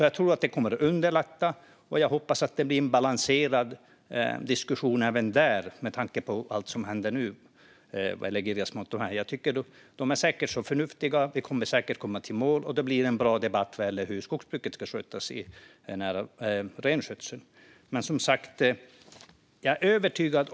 Jag tror att det kommer att underlätta, och jag hoppas att det blir en balanserad diskussion även där med tanke på allt som händer nu vad gäller Girjasmålet. De är säkert förnuftiga, vi kommer säkert att komma i mål och då blir det en bra debatt vad gäller hur skogsbruket ska skötas nära renskötsel.